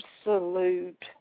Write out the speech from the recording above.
Absolute